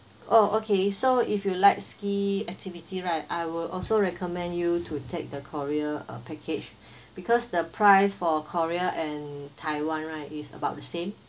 oh okay so if you like ski activity right I will also recommend you to take the korea uh package because the price for korea and taiwan right is about the same